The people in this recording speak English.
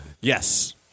Yes